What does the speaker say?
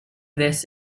this